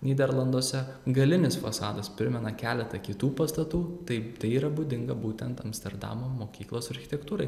nyderlanduose galinis fasadas primena keletą kitų pastatų taip tai yra būdinga būtent amsterdamo mokyklos architektūrai